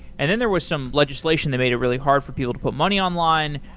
and then there was some legislation that made it really hard for people to put money online.